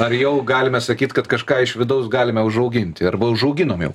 ar jau galime sakyt kad kažką iš vidaus galime užauginti arba užauginom jau